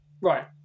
Right